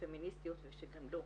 פמיניסטיות ושגם לא.